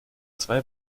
zwei